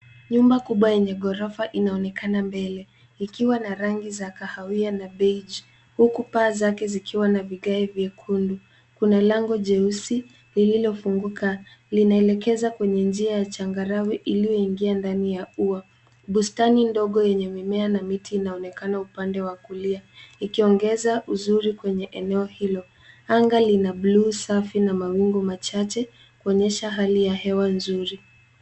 Nyumba kubwa yenye ghorofa inaonekana mbele, ikiwa na rangi za kahawia na beige , huku paa zake zikiwa na vigae vyekundu. Kuna lango jeusi lililofunguka, inaelekeza kwenye njia ya changarawe iliwaingie ndani ya ua. Bustani ndogo yenye mimea na miti inaonekana upande wa kulia, ikiongeza uzuri kwenye eneo hilo. Anga lina bluu safi na mawingu machache kuonyesha hali ya hewa nzuri.